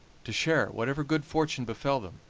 to share whatever good fortune befell them,